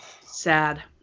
sad